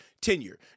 tenure